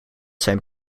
zijn